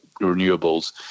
renewables